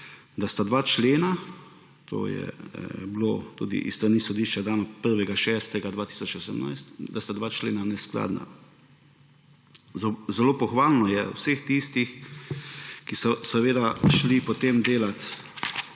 da sta dva člena, to je bilo tudi s strani sodišča dano 1. 6. 2018, da sta dva člena neskladna. Zelo pohvalno je od vseh tistih, ki so šli potem delat,